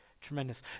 tremendous